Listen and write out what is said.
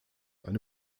eine